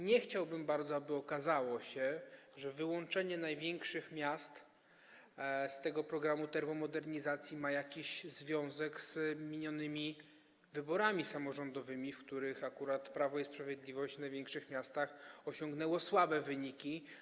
Nie chciałbym bardzo, aby okazało się, że wyłączenie największych miast z tego programu wspierania termomodernizacji ma jakiś związek z minionymi wyborami samorządowymi, w których akurat Prawo i Sprawiedliwość w największych miastach osiągnęło słabe wyniki.